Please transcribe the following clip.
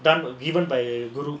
done given by guru